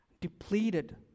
depleted